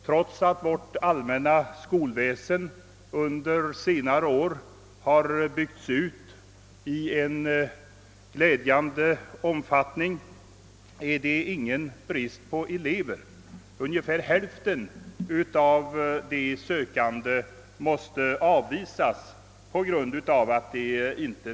Trots att vårt allmänna skolväsen under senare år har byggts ut i glädjande omfattning är det ingen brist på elever vid den skolan. Ungefär hälften av de sökande måste avvisas på grund av platsbrist.